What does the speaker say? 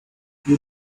you